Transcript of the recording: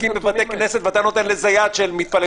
מתווה